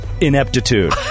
ineptitude